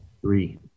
Three